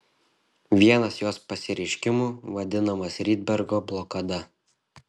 vienas jos pasireiškimų vadinamas rydbergo blokada